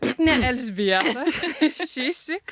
tik ne elžbieta šįsyk